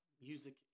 Music